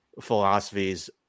philosophies